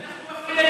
תגיד,